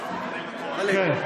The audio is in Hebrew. את